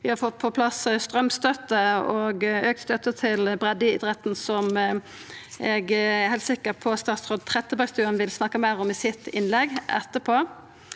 Vi har fått på plass straumstønad og auka støtte til breiddeidretten, noko eg er heilt sikker på at statsråd Trettebergstuen vil snakka meir om i sitt innlegg etterpå.